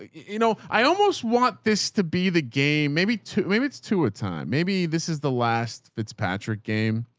you know, i almost want this to be the game. maybe two, maybe it's two at a time. maybe this is the last fitzpatrick game,